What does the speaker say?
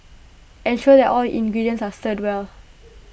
ensure that all ingredients are stirred well